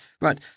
right